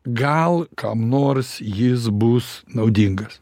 gal kam nors jis bus naudingas